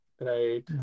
Right